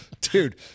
dude